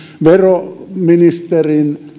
veroministerin